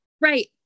Right